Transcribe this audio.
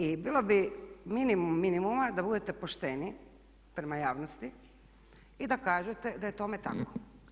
I bilo bi minimum minimuma da budete pošteni prema javnosti i da kažete da je tome tako.